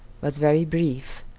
was very brief,